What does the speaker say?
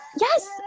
Yes